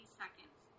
seconds